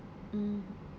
mm